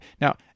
Now